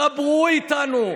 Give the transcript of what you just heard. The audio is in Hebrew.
דברו איתנו.